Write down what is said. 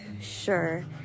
sure